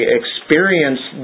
experience